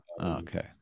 okay